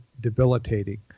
debilitating